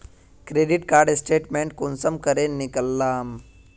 Credit card statement कुंसम करे निकलाम?